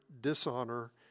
dishonor